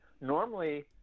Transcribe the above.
normally